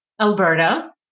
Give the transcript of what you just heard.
alberta